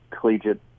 collegiate